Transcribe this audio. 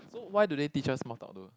so why do they teach us small talk though